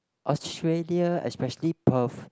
Australia especially Perth